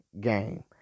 game